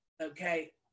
okay